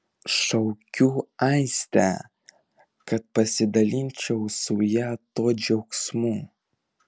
šaukiu aistę kad pasidalinčiau su ja tuo džiaugsmu